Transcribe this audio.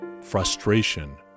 Frustration